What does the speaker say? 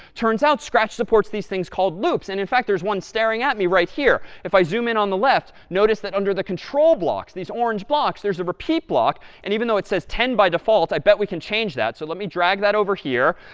turns out scratch supports these things called loops. and, in fact, there's one staring at me right here. if i zoom in on the left, notice that under the control blocks, these orange blocks there's a repeat block. and even though it says ten by default, i bet we can change that. so let me drag that over here.